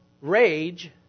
rage